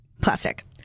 plastic